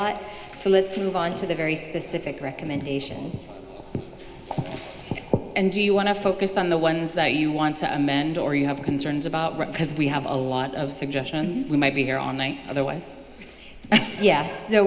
lot so let's move on to the very specific recommendations and do you want to focus on the ones that you want to amend or you have concerns about because we have a lot of suggestions we might be here on one of the west yes no